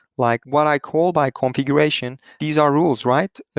like what i call by configuration, these are rules, right?